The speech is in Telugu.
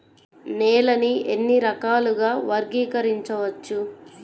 నేలని ఎన్ని రకాలుగా వర్గీకరించవచ్చు?